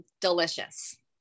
delicious